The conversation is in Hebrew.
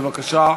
בבקשה,